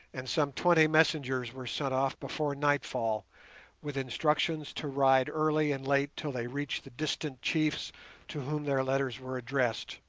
and some twenty messengers were sent off before nightfall with instructions to ride early and late till they reached the distant chiefs to whom their letters were addressed